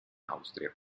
austria